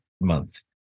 month